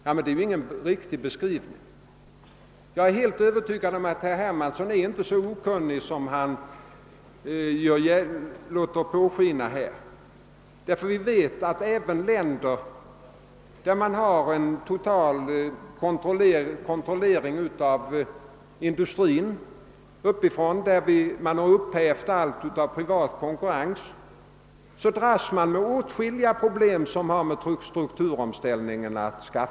Jag är emellertid övertygad om att herr Hermansson inte är så okunnig som han låter påskina. även i länder som har en total kontroll från myndigheternas sida av industrin och där man upphävt all privat konkurrens dras man med åtskilliga problem som har med strukturomställningen att göra.